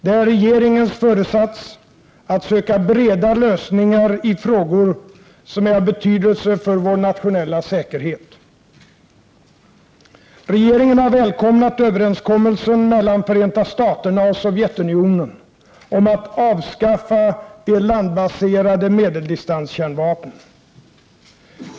Det är regeringens föresats att söka breda lösningar i frågor som är av betydelse för vår nationella säkerhet. Regeringen har välkomnat överenskommelsen mellan Förenta staterna och Sovjetunionen om att avskaffa de landbaserade medeldistanskärnvapnen.